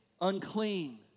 unclean